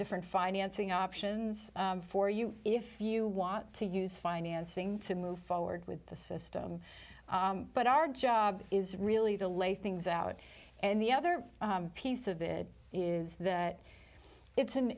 different financing options for you if you want to use financing to move forward with the system but our job is really to lay things out and the other piece of it is that it's an